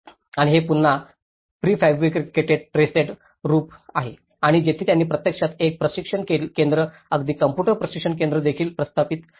आणि हे पुन्हा प्रीफेब्रिकेटेड ट्रस्सेड रूफ आहे आणि येथे त्यांनी प्रत्यक्षात एक प्रशिक्षण केंद्र अगदी कॉम्प्यूटर प्रशिक्षण केंद्र देखील स्थापित केले आहे